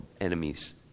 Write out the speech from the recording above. enemies